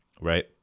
right